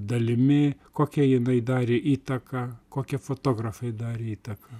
dalimi kokią jinai darė įtaką kokią fotografai darė įtaką